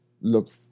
look